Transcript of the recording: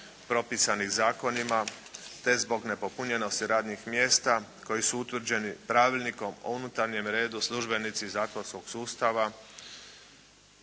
propisanih zakonima te zbog nepopunjenosti radnih mjesta koji su utvrđeni Pravilnikom o unutarnjem redu. Službenici zatvorskog sustava